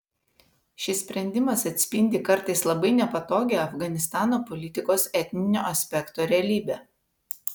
šis sprendimas atspindi kartais labai nepatogią afganistano politikos etninio aspekto realybę